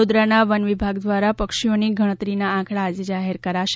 વડોદરાના વન વિભાગ દ્વારા પક્ષીઓની ગણતરીના આંકડા આજે જાહેર કરાશે